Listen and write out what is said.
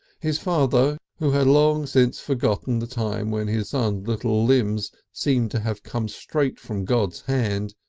his father who had long since forgotten the time when his son's little limbs seemed to have come straight from god's hand,